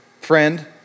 friend